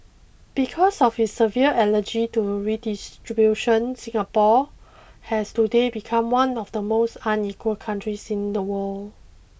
because of his severe allergy to redistribution Singapore has today become one of the most unequal countries in the world